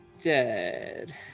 Dead